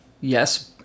Yes